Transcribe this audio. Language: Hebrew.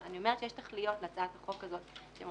אני אומרת שיש תכליות להצעת החוק הזאת והן